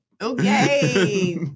Okay